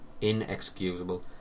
inexcusable